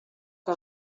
que